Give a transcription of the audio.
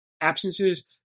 absences